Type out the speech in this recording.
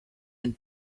and